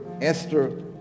Esther